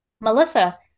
Melissa